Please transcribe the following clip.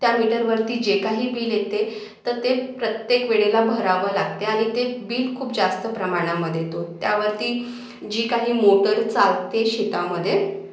त्या मीटरवरती जे काही बिल येते तर ते प्रत्येक वेळेला भरावं लागते आणि ते बिल खूप जास्त प्रमाणामध्ये येतो त्यावर ती जी काही मोटर चालते शेतामध्ये